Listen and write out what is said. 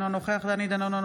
אינו נוכח דני דנון,